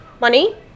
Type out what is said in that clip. money